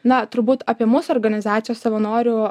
na turbūt apie mūsų organizacijos savanorių